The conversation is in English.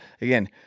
again